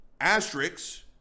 Asterisks